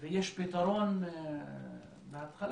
ויש פתרון להתחלה.